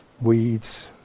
weeds